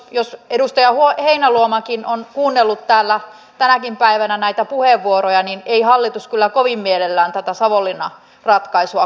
jos edustaja heinäluomakin on kuunnellut täällä tänäkin päivänä näitä puheenvuoroja niin hän tietää että ei hallitus kyllä kovin mielellään tätä savonlinna ratkaisua katsele